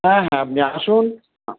হ্যাঁ হ্যাঁ আপনি আসুন